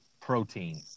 protein